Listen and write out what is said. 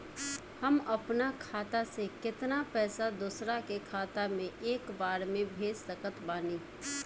हम अपना खाता से केतना पैसा दोसरा के खाता मे एक बार मे भेज सकत बानी?